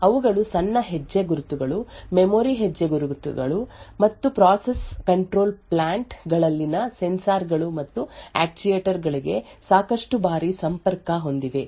ಅವುಗಳು ಸಣ್ಣ ಹೆಜ್ಜೆಗುರುತುಗಳು ಮೆಮೊರಿ ಹೆಜ್ಜೆಗುರುತುಗಳು ಮತ್ತು ಪ್ರೋಸೆಸ್ ಕಂಟ್ರೋಲ್ ಪ್ಲಾಂಟ್ ಗಳಲ್ಲಿನ ಸೆನ್ಸಾರ್ ಗಳು ಮತ್ತು ಆಕ್ಚುಯೆಟರ್ ಗಳಿಗೆ ಸಾಕಷ್ಟು ಬಾರಿ ಸಂಪರ್ಕ ಹೊಂದಿವೆ